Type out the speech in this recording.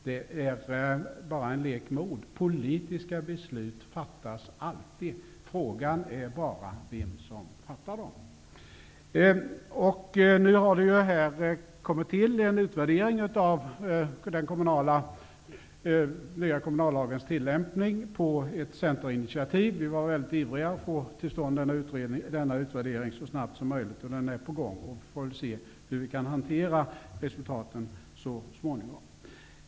Det är bara en lek med ord. Politiska beslut fattas alltid. Frågan är bara vem som fattar dem. Här har på Centerns initiativ en utvärdering av den nya kommunallagens tillämpning kommit till. Vi var väldigt ivriga att få till stånd denna utvärdering så snabbt som möjligt. Den är nu på gång. Vi får väl se hur vi så småningom kan hantera resultaten.